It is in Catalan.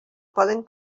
poden